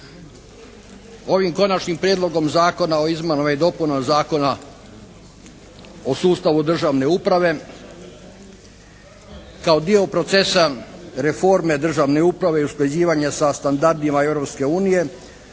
Ovim Konačnim prijedlogom zakona o izmjenama i dopunama Zakona o sustavu državne uprave kao dio procesa reforme državne uprave i usklađivanja sa standardima